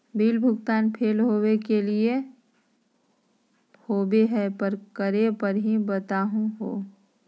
Bill भुगतान fail होवे पर का करै परही, बताहु हो?